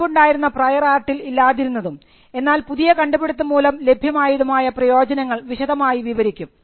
മുൻപുണ്ടായിരുന്ന prior ആർട്ടിൽ ഇല്ലാതിരുന്നതും എന്നാൽ പുതിയ കണ്ടുപിടുത്തം മൂലം ലഭ്യമായതുമായ പ്രയോജനങ്ങൾ വിശദമായി വിവരിക്കും